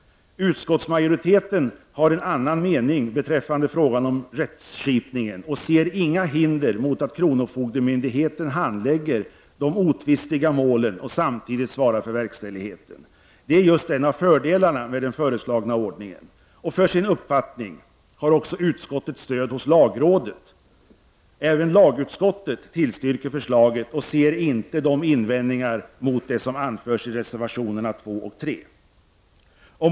Utskottsmajoriteten har en annan mening beträffande frågan om rättsskipningen och ser inga hinder mot att kronofogdemyndigheten handlägger de otvistiga målen och samtidigt svarar för verkställigheten. Det är just en av fördelarna med den föreslagna ordningen. För sin uppfattning har också utskottet stöd hos lagrådet. Även lagutskottet tillstyrker förslaget och delar inte de invändningar som anförs i reservationerna 2 och 3.